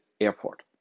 airport